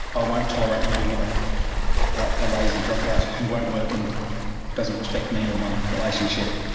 ah won't tolerate living with a ah lazy drop-out, who won't work and doesn't respect me or my relationship.